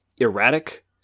erratic